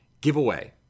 giveaway